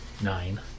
nine